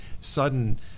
sudden